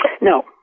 No